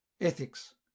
Ethics